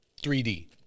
3D